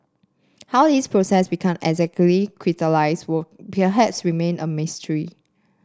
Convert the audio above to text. how his process become exactly crystallised will perhaps remain a mystery